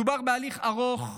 מדובר בהליך ארוך,